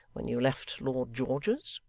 when you left lord george's